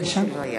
בבקשה.